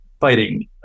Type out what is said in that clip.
fighting